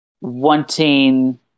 wanting